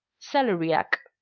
celeriac.